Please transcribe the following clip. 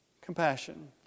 Compassion